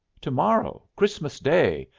to-morrow, christmas day,